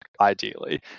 ideally